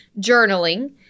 journaling